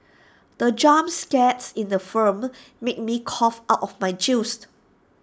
the jump scare in the film made me cough out of my juice